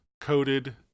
coated